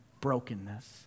brokenness